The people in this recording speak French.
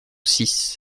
six